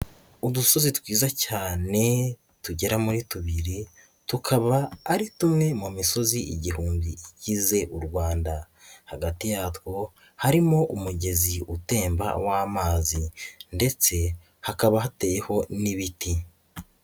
Udusozi twiza cyane tugera muri tubiri tukaba ari tumwe mu misozi igihumbi igize u Rwanda, hagati yatwo harimo umugezi utemba w'amazi ndetse hakaba hateyeho n'ibiti.